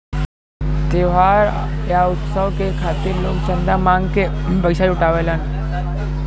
त्योहार या उत्सव के खातिर लोग चंदा मांग के पइसा जुटावलन